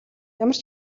ямар